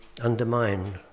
undermine